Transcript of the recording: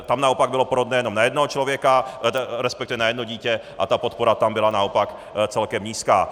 Tam naopak bylo porodné jenom na jednoho člověka, respektive na jedno dítě, a ta podpora tam byla naopak celkem nízká.